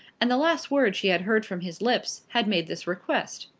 and the last words she had heard from his lips had made this request.